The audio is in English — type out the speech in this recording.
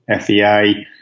FEA